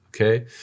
okay